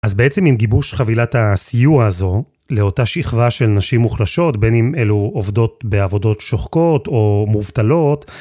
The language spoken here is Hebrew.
אז בעצם אם גיבוש חבילת הסיוע הזו לאותה שכבה של נשים מוחלשות, בין אם אלו עובדות בעבודות שוחקות או מובטלות,